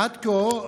עד כה,